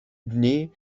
dni